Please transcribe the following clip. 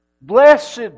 Blessed